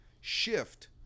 shift